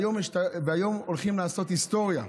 היום הולכים לעשות היסטוריה.